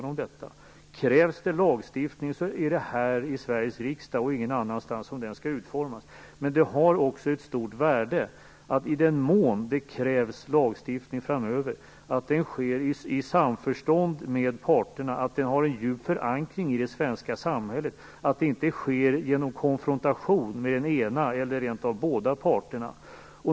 Om det krävs lagstiftning är det här i Sveriges riksdag och ingen annanstans som den skall utformas. Men det har också ett stort värde, i den mån det krävs lagstiftning framöver, att det sker i samförstånd med parterna, att det har en djup förankring i det svenska samhället och att det inte sker genom konfrontation med den ena parten eller rent av båda parterna.